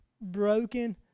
Broken